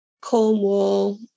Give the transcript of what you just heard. Cornwall